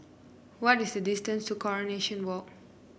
what is the distance to Coronation Walk